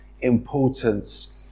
importance